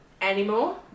Anymore